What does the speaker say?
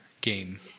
game